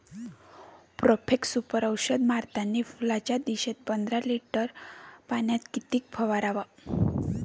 Profex Super औषध मारतानी फुलाच्या दशेत पंदरा लिटर पाण्यात किती फवाराव?